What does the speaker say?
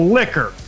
liquor